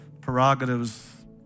prerogatives